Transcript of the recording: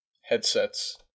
headsets